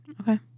Okay